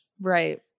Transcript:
right